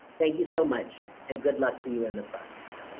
thank you so much and good luck to you in the process.